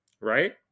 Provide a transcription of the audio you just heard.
right